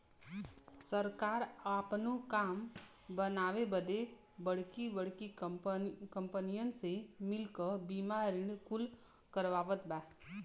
सरकार आपनो काम करावे बदे बड़की बड़्की कंपनीअन से मिल क बीमा ऋण कुल करवावत बा